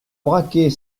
braquer